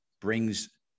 brings